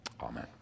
Amen